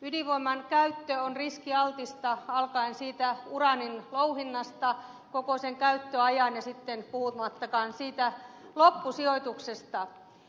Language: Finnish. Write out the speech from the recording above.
ydinvoiman käyttö on riskialtista alkaen siitä uraanin louhinnasta koko sen käyttöajan ja sitten puhumattakaan siitä loppusijoituksesta